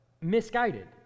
misguided